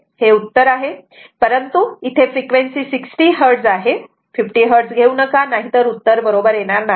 हे उत्तर आहे परंतु इथे फ्रिक्वेन्सी 60 Hz आहे 50 Hz घेऊ नका नाहीतर उत्तर बरोबर येणार नाहीत